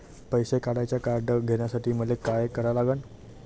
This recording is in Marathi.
पैसा काढ्याचं कार्ड घेण्यासाठी मले काय करा लागन?